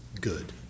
good